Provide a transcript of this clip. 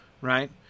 Right